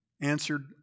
answered